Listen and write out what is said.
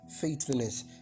faithfulness